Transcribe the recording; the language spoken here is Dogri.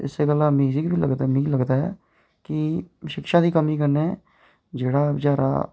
ते इस्सै गल्ला मिगी लगदा ऐ की शिक्षा दी कमी कन्नै जेह्ड़ा बचैरा